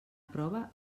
prova